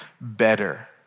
better